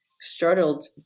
startled